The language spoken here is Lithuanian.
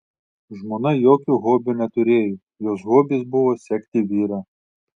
žmona jokio hobio neturėjo jos hobis buvo sekti vyrą